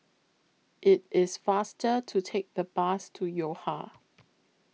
IT IS faster to Take The Bus to Yo Ha